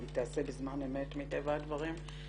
והיא תעשה בזמן אמת מטבע הדברים,